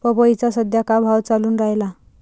पपईचा सद्या का भाव चालून रायला?